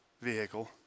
vehicle